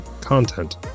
content